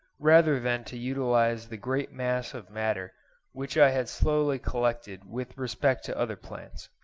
rather than to utilise the great mass of matter which i had slowly collected with respect to other plants.